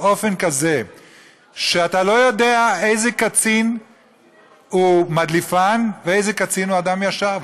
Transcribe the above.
באופן כזה שאתה לא יודע איזה קצין הוא מדליפן ואיזה קצין הוא אדם ישר,